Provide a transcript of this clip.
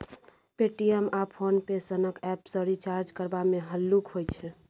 Paytm आ PhonePe सनक app सँ रिचार्ज करबा मे हल्लुक होइ छै